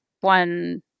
One